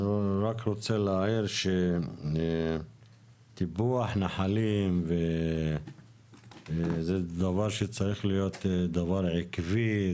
אני רק רוצה להעיר שטיפוח נחלים זה דבר שצריך להיות דבר עקבי.